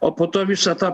o po to visą tą